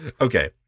Okay